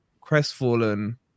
crestfallen